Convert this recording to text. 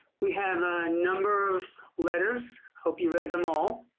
we have a number of letters, hope you read them all.